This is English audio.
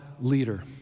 leader